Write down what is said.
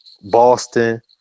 Boston